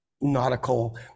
nautical